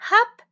Hop